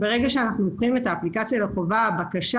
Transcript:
ברגע שאנחנו הופכים את האפליקציה לחובה הבקשה